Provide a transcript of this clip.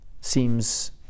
seems